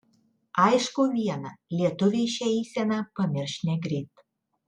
aišku viena lietuviai šią eiseną pamirš negreit